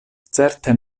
certe